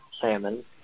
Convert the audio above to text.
salmon